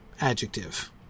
adjective